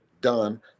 done